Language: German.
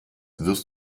wirst